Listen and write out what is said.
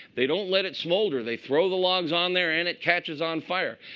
they don't let it smolder. they throw the logs on there. and it catches on fire.